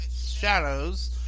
Shadows